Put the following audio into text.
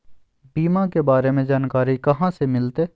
बीमा के बारे में जानकारी कहा से मिलते?